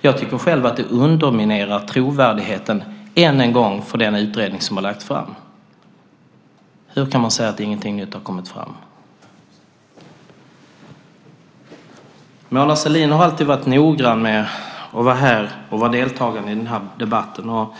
Jag tycker själv att det underminerar trovärdigheten än en gång för den utredning som har lagts fram. Hur kan man säga att ingenting nytt har kommit fram? Mona Sahlin har alltid varit noggrann med att delta i debatterna här om detta. Och